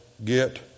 Get